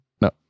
no